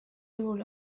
juhul